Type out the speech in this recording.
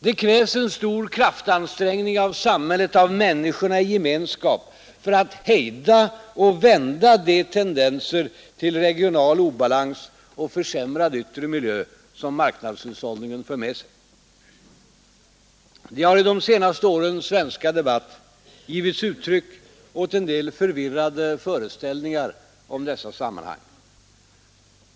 Det krävs en stor kraftansträngning av samhället, av människorna i gemenskap, för att hejda och vända de tendenser till regional obalans och försämrad yttre miljö som marknadshushållningen för med sig. Det har i de senare årens svenska debatt givits uttryck åt en del förvirrade föreställningar om dessa sammanhang.